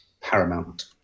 paramount